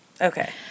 Okay